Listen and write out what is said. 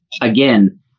again